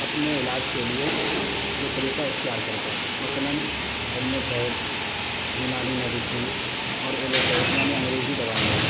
اپنے علاج کے لیے جو طریقہ اختیار کرتا ہے مثلاً ہومیو پیتھی یونانی میڈیسین اور ایلو پیتھ یعنی انگریزی دوائیاں